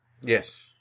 Yes